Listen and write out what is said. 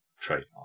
trademark